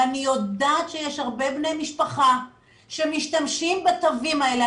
ואני יודעת שיש הרבה בני משפחה שמשתמשים בתווים האלה.